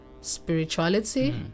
spirituality